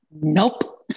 Nope